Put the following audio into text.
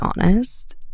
honest